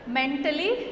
mentally